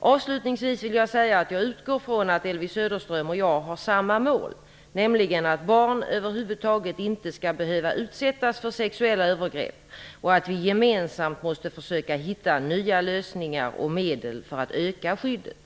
Avslutningsvis vill jag säga att jag utgår från att Elvy Söderström och jag har samma mål, nämligen att barn över huvud taget inte skall behöva utsättas för sexuella övergrepp och att vi gemensamt måste försöka hitta nya lösningar och medel för att öka skyddet.